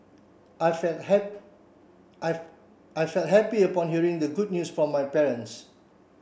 I felt I I felt happy upon hearing the good news from my parents